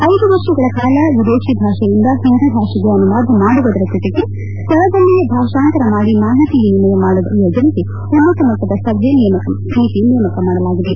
ಐದು ವರ್ಷಗಳ ಕಾಲ ವಿದೇಶಿ ಭಾಷೆಯಿಂದ ಹಿಂದಿ ಭಾಷೆಗೆ ಅನುವಾದ ಮಾಡುವುದರ ಜೊತೆಗೆ ಸ್ಥಳದಲ್ಲಿಯೇ ಭಾಷಂತರ ಮಾಡಿ ಮಾಹಿತಿ ವಿನಿಮಯ ಮಾಡುವ ಯೋಜನೆಗೆ ಉನ್ನತಮಟ್ಟದ ಸಮಿತಿ ನೇಮಕ ಮಾಡಲಾಗಿದೆ